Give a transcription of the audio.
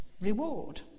reward